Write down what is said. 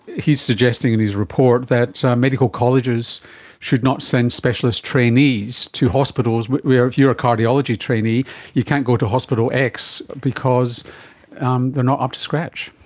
he's suggesting in his report that medical colleges should not spend specialist trainees to hospitals where if you are a cardiology trainee you can't go to hospital x because um they are not up to scratch.